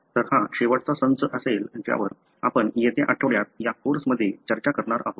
तर हा शेवटचा संच असेल ज्यावर आपण येत्या आठवड्यात या कोर्समध्ये चर्चा करणार आहोत